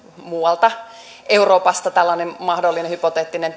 muualta euroopasta tällainen mahdollinen hypoteettinen